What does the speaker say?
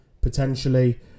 potentially